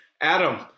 Adam